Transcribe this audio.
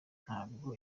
ntabwo